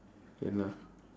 ya lah